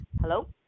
Hello